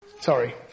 Sorry